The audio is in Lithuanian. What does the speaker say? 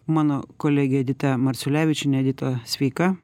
mano kolegė edita marčiulevičienė edita sveika